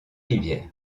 rivière